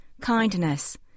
kindness